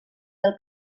del